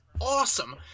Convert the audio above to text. awesome